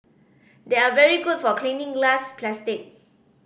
they are very good for cleaning glass plastic